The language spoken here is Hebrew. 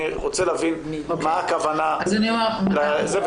אני רוצה להבין מה הכוונה בזה.